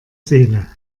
seele